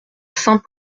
saint